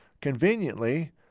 Conveniently